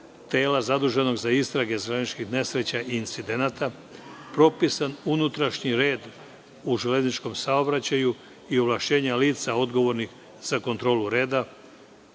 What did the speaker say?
tela zaduženog za istrage železničkih nesreća i incidenata, propisan je unutrašnji red u železničkom saobraćaju i ovlašćenja lica odgovornih za kontrolu reda,